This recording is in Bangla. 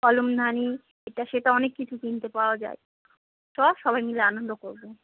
কলমদানি এটা সেটা অনেক কিছু কিনতে পাওয়া যায় চল সবাই মিলে আনন্দ করব